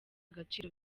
gaciro